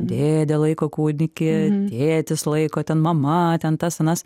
dėdė laiko kūdikį tėtis laiko ten mama ten tas anas